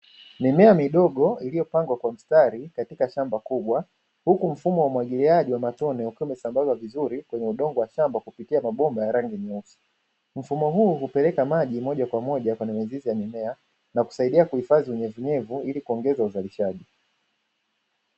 Mimea midogo iliyopangwa kwa mistari katika shamba kubwa huku mfumo wa umwagiliaji wa matone ukiwa umesambazwa vizuri kwenye udongo wa shamba kupitia mabomba ya rangi nyeusi. Mfumo huu hupeleka maji moja kwa moja kwenye mizizi ya mimea na kusaidia kuhifadhi unyevuunyevu ili kuongeza uzalishaji.